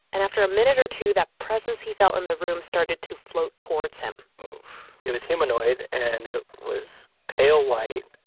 and after a minute or two, that presence he felt in the room started to float towards him it was humanoid. and it was pale white,